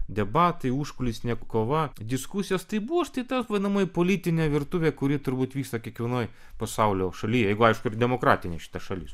debatai užkulisinė kova diskusijos tai buvo šita vadinamoji politinė virtuvė kuri turbūt vyksta kiekvienoj pasaulio šaly jeigu aišku yra demokratinė šita šalis